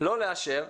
לא לאשר,